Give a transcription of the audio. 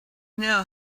know